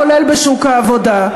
כולל בשוק העבודה.